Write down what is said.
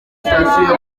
sitasiyo